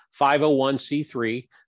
501c3